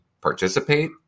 participate